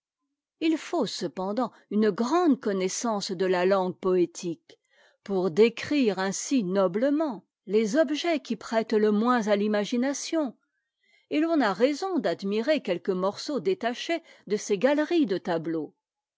jt faut cependant une grande connaissance de a langue poétique pour décrire ainsi noblement les objets qui prêtent le moins à l'imagination et l'on a raison d'admirer quelques morceaux détachés de ces galeries de tableaux